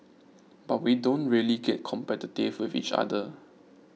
but we don't really get competitive with each other